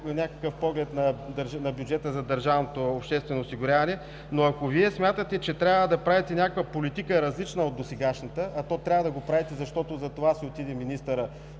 някакъв поглед на бюджета за държавното обществено осигуряване. Ако Вие смятате, че трябва да правите някаква политика, различна от досегашната, а трябва да я правите, защото затова си отиде министърът